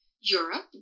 Europe